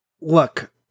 look